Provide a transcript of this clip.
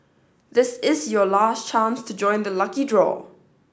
this is your last chance to join the lucky draw